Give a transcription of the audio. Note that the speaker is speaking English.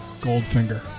Goldfinger